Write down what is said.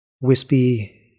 wispy